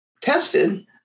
tested